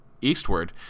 eastward